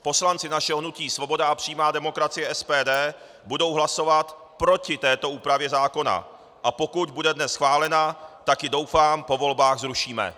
Poslanci našeho hnutí Svoboda a přímá demokracie, SPD, budou hlasovat proti této úpravě zákona, a pokud bude dnes schválena, tak ji, doufám, po volbách zrušíme.